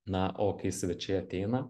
na o kai svečiai ateina